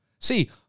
see